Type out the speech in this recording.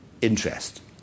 interest